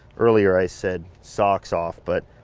earlier i said socks off, but,